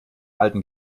alten